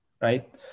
Right